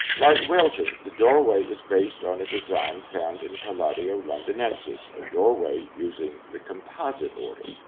like wilton, the doorway is based on a design found in palladio londinensis, a doorway using the composite order.